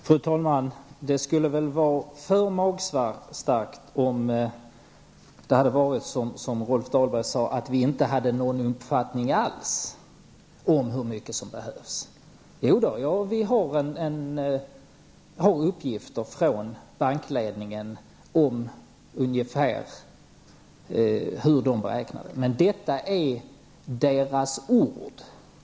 Fru talman! Det vore väl magstarkt om det var som Rolf Dahlberg sade, att vi inte hade någon uppfattning alls om hur mycket pengar som Nordbanken behöver. Vi har uppgifter från bankledningen om storleken på beloppet. Men det är bara deras egna ord.